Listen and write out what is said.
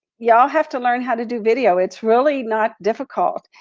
y'all have to learn how to do video. it's really not difficult,